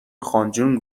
خانجون